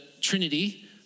Trinity